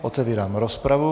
Otevírám rozpravu.